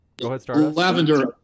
Lavender